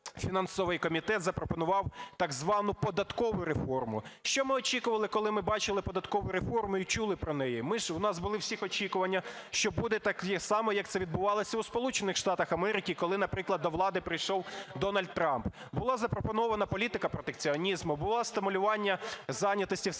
фінансовий комітет запропонував так звану податкову реформу. Що ми очікували, коли ми бачили податкову реформу і чули про неї? У нас у всіх були очікування, що буде так само, як це відбувалося у Сполучених Штатах Америки, коли, наприклад, до влади прийшов Дональд Трамп. Була запропонована політика протекціонізму, було стимулювання зайнятості всередині